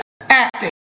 acting